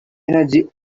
energy